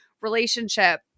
relationship